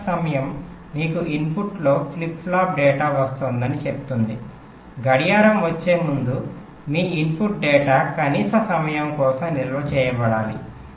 setup సమయం మీకు ఇన్పుట్లో ఫ్లిప్ ఫ్లాప్ డేటా వస్తోందని చెప్తుంది గడియారం వచ్చే ముందు మీ ఇన్పుట్ డేటా కనీస సమయం కోసం నిల్వ చేయబడాలి